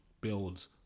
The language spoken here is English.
builds